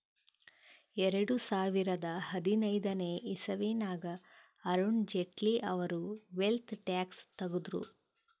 ಎರಡು ಸಾವಿರದಾ ಹದಿನೈದನೇ ಇಸವಿನಾಗ್ ಅರುಣ್ ಜೇಟ್ಲಿ ಅವ್ರು ವೆಲ್ತ್ ಟ್ಯಾಕ್ಸ್ ತಗುದ್ರು